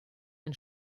ein